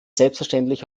selbstverständlich